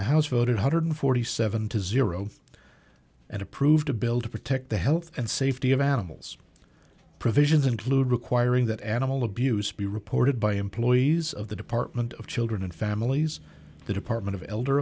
house voted hundred forty seven to zero and approved a bill to protect the health and safety of animals provisions include requiring that animal abuse be reported by employees of the department of children and families the department of